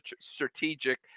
strategic